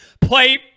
play